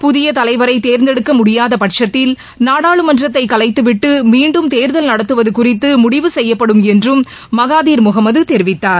புதியதலைவரைதேர்ந்தெடுக்கமுடியாதபட்சத்தில் நாடாளுமன்றத்தைகலைத்துவிட்டுமீன்டும் தேர்தல் நடத்துவதுகுறித்துமுடிவு செய்யப்படும் என்றும் மகாதீர் முகமதுதெரிவித்தார்